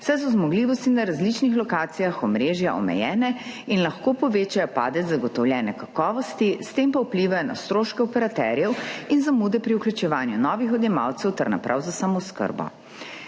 saj so zmogljivosti na različnih lokacijah omrežja omejene in lahko povečajo padec zagotovljene kakovosti, s tem pa vplivajo na stroške operaterjev in zamude pri vključevanju novih odjemalcev ter naprav za samooskrbo.